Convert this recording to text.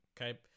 okay